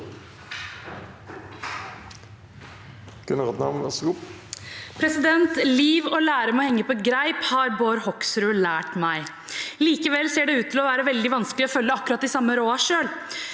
Liv og lære må henge på greip, har Bård Hoksrud lært meg. Likevel ser det ut til å være veldig vanskelig å følge akkurat de samme rådene selv.